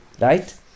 Right